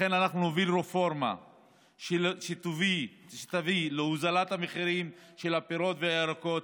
לכן אנחנו נוביל רפורמה שתביא להוזלת המחירים של הפירות והירקות,